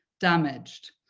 damaged.